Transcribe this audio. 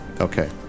Okay